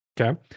Okay